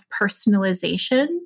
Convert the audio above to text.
personalization